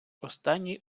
останній